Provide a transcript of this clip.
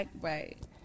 Right